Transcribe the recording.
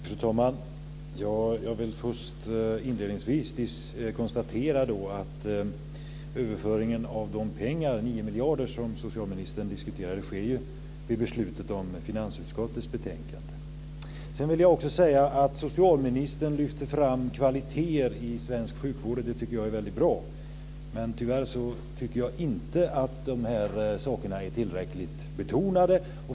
Fru talman! Jag vill inledningsvis konstatera att överföringen av de 9 miljarder som socialministern diskuterade sker i samband med beslutet om finansutskottets betänkande. Socialministern lyfte fram kvaliteter i svensk sjukvård, och det är väldigt bra. Tyvärr tycker jag inte att de här sakerna är tillräckligt betonade.